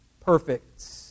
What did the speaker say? perfect